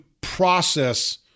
process